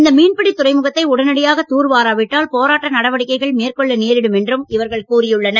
இந்த மீன்பிடி துறைமுகத்தை உடனடியாக தூர்வாராவிட்டால் போராட்ட நடவடிக்கைகள் மேற்கொள்ள நேரிடும் என்றும் இவர்கள் கூறியுள்ளனர்